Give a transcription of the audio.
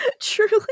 truly